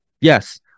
Yes